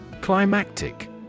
Climactic